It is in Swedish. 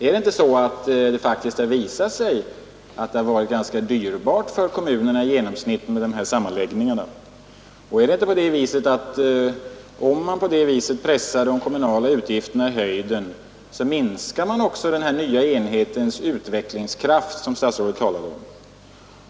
Är det inte så att det faktiskt har visat sig ganska dyrbart för kommunerna i genomsnitt med de här sammanläggningarna? Och är det inte så att om man på detta sätt pressar de kommunala utgifterna i höjden så minskar man också den nya enhetens utvecklingskraft som statsrådet talade om?